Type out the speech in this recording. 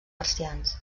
marcians